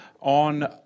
on